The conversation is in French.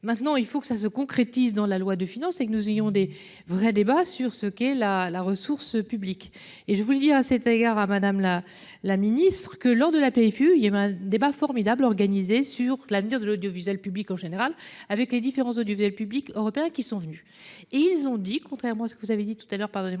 maintenant il faut que ça se concrétise dans la loi de finances et que nous ayons des vrais débats sur ce qu'est la la ressource publique et je vous l'dit à cet égard à Madame la la Ministre que lors de la paix fut, il y avait un débat formidable organisé sur l'avenir de l'audiovisuel public en général avec les différents audiovisuel public européen qui sont venus et ils ont dit, contrairement à ce que vous avez dit tout à l'heure, pardonnez-moi